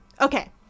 okay